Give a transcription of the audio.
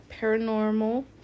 Paranormal